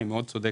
היא צודקת מאוד.